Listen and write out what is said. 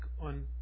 on